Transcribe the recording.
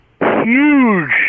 huge